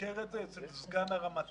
אפשר את זה אצל סגן הרמטכ"ל,